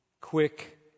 quick